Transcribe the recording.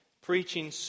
preaching